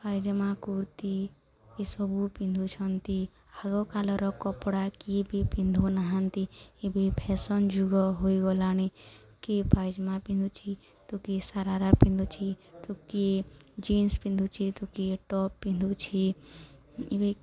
ପାଇଜାମା କୁର୍ତ୍ତି ଏସବୁ ପିନ୍ଧୁଛନ୍ତି ଆଗକାଳର କପଡ଼ା କିଏ ବି ପିନ୍ଧୁ ନାହାନ୍ତି ଏବେ ଫ୍ୟାସନ୍ ଯୁଗ ହୋଇଗଲାଣି କିଏ ପାଇଜାମା ପିନ୍ଧୁଛି ତ କିଏ ସାରାରା ପିନ୍ଧୁଛି ତ କିଏ ଜିନ୍ସ ପିନ୍ଧୁଛି ତ କିଏ ଟପ୍ ପିନ୍ଧୁଛି ଏବେ